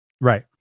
right